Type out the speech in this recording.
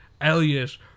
elliot